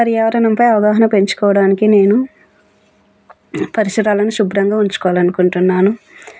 పర్యావరణంపై అవగాహన పెంచుకోవడానికి నేను పరిసరాలను శుభ్రంగా ఉంచుకోవాలనుకుంటున్నాను